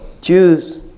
choose